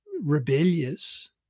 rebellious